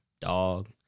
dog